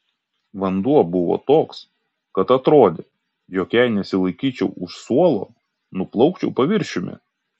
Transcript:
vanduo buvo toks kad atrodė jog jei nesilaikyčiau už suolo nuplaukčiau paviršiumi